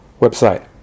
Website